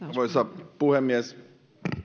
arvoisa puhemies